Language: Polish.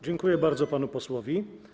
Dziękuję bardzo panu posłowi.